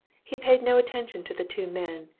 he paid no attention to the two men,